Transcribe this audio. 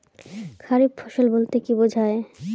খারিফ ফসল বলতে কী বোঝায়?